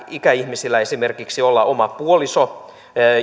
ikäihmisillä esimerkiksi oma puoliso